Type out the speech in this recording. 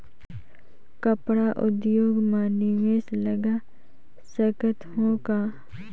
कपड़ा उद्योग म निवेश लगा सकत हो का?